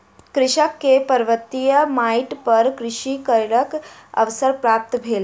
कृषक के पर्वतीय माइट पर कृषि कार्यक अवसर प्राप्त भेल